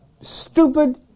stupid